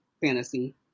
fantasy